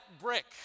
brick